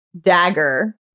dagger